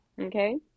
Okay